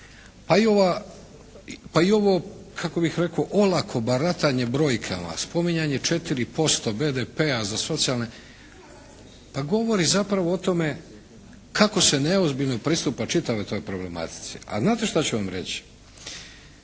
pa i ovo kako bih rekao olako baratanje brojkama, spominjanje 4% BDP-a za socijalne pa govori zapravo o tome kako se neozbiljno pristupa čitavoj toj problematici. A znate šta ću vam reći?